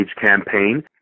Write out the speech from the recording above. campaign